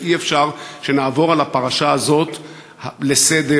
שאי-אפשר שנעבור על הפרשה הזאת לסדר,